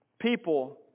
People